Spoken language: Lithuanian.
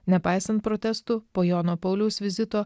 nepaisant protestų po jono pauliaus vizito